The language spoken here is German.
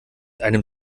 einem